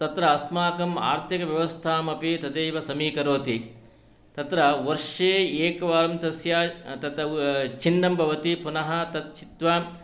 तत्र अस्माकम् आर्थिकव्यवस्थामपि तदेव समीकरोति तत्र वर्षे एकवारं तस्य तत् छिन्नं भवति पुनः तत् छित्वा